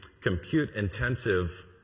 compute-intensive